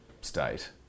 state